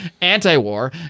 anti-war